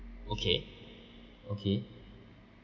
okay okay